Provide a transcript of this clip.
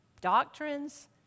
doctrines